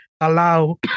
allow